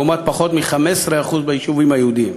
לעומת פחות מ-15% ביישובים היהודיים.